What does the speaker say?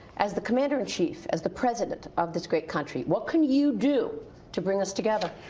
as the commander-in-chief, as the president of this great country, what can you do to bring us together?